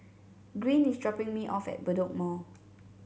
Green is dropping me off at Bedok Mall